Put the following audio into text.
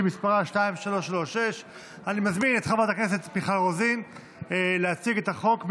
שמספרה 2336. אני מזמין את חברת הכנסת מיכל רוזין להציג את הצעת החוק,